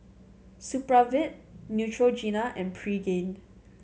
Supravit Neutrogena and Pregain